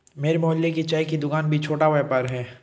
मेरे मोहल्ले की चाय की दूकान भी छोटा व्यापार है